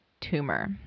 tumor